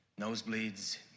nosebleeds